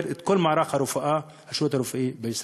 את כל מערך הרפואה והשירות הרפואי בישראל.